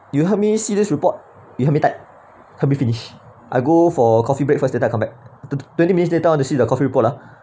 you help me see this report you help me type help me finish I go for coffee break first later then I come back twenty minutes later I wanna see the completed report ah